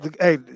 hey